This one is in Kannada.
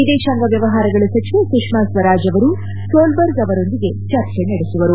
ವಿದೇಶಾಂಗ ವ್ಯವಹಾರಗಳ ಸಚಿವೆ ಸುಷ್ಣಾ ಸ್ವರಾಜ್ ಅವರು ಸೋಲ್ಬರ್ಗ್ ಅವರೊಂದಿಗೆ ಚರ್ಚೆ ನಡೆಸುವರು